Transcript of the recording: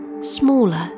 Smaller